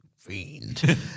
fiend